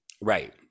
right